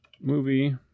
movie